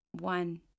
one